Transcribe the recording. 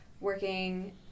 working